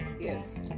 Yes